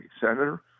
Senator